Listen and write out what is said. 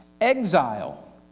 exile